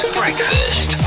breakfast